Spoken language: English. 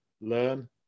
learn